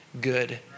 good